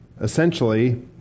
essentially